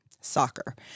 Soccer